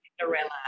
Cinderella